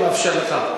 אני מאפשר לך.